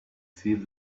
see